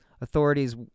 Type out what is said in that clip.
Authorities